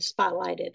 spotlighted